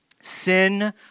Sin